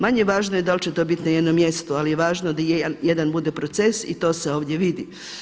Manje važno je da li će to biti na jednom mjestu ali je važno da jedan bude proces i to se ovdje vidi.